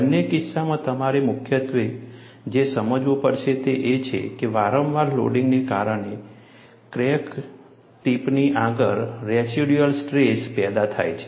બંને કિસ્સાઓમાં તમારે મુખ્યત્વે જે સમજવું પડશે તે એ છે કે વારંવાર લોડિંગને કારણે ક્રેક ટિપની આગળ રેસિડ્યુઅલ સ્ટ્રેસ પેદા થાય છે